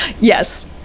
Yes